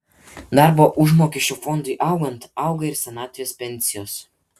darbo užmokesčio fondui augant auga ir senatvės pensijos